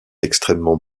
extrêmement